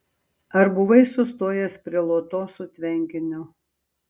ar buvai sustojęs prie lotosų tvenkinio